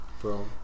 Bro